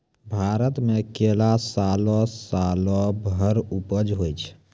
भारत मे केला सालो सालो भर उपज होय छै